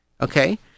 okay